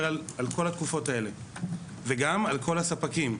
על כל התקופות האלה וגם על כל הספקים.